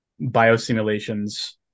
biosimulations